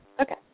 Okay